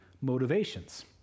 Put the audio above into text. motivations